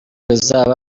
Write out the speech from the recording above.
rizaba